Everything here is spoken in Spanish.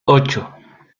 ocho